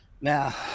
Now